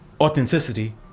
authenticity